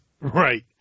Right